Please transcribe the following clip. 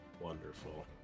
wonderful